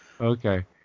Okay